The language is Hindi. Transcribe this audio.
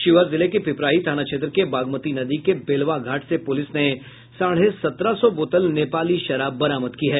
शिवहर जिले के पिपराही थाना क्षेत्र के बागमती नदी के बेलवा घाट से पुलिस ने साढ़े सत्रह सौ बोतल नेपाली शराब बरामद किया है